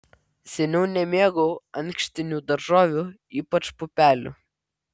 seniau nemėgau ankštinių daržovių ypač pupelių